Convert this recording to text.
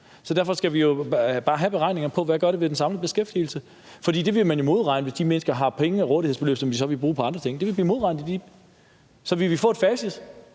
Derfor skal vi jo bare have beregninger på, hvad det gør ved den samlede beskæftigelse. For hvis de mennesker har penge og et rådighedsbeløb, de så vil bruge på andre ting, vil man